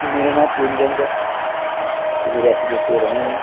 मेरा नांऽ पूर्ण चंद ऐ ते में रियासी डिस्टिक दा रौह्ने आह्ला